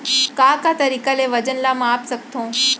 का का तरीक़ा ले वजन ला माप सकथो?